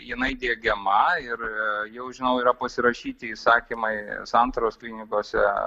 jinai diegiama ir jau žinau yra pasirašyti įsakymai santaros klinikose